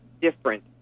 different